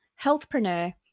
healthpreneur